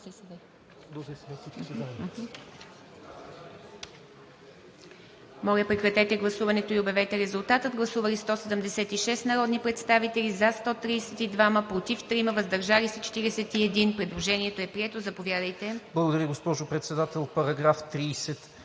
Благодаря, госпожо Председател.